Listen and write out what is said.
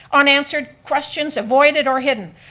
unanswered questions avoided or hidden,